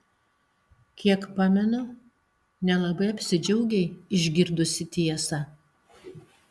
kiek pamenu nelabai apsidžiaugei išgirdusi tiesą